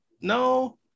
No